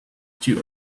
two